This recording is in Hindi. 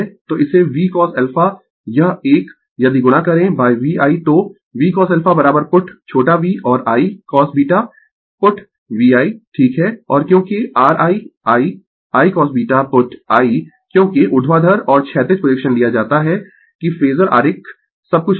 तो इसे Vcosα यह एक यदि गुणा करें VI तो VCosα पुट छोटा V और I cosβ पुट VI ठीक है और क्योंकि r I IIcosβ पुट I क्योंकि ऊर्ध्वाधर और क्षैतिज प्रोजेक्शन लिया जाता है कि फेजर आरेख सब कुछ लिखा है